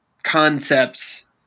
concepts